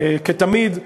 כתמיד,